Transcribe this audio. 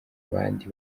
abandi